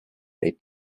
they